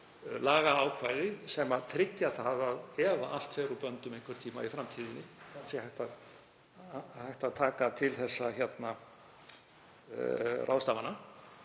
lagaákvæði sem tryggja það, að ef allt fer úr böndum einhvern tíma í framtíðinni, sé hægt að grípa til þessara ráðstafana.